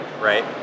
right